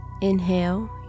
Inhale